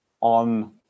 on